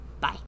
Bye